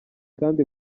kandi